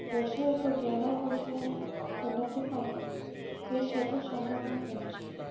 ବୈଷୟିକ ଜ୍ଞାନ କୌଶଳର ଉନ୍ନତି ପାଇଁ ଏଇସବୁ ସମ୍ଭବ ହୋଇଛି